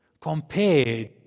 Compared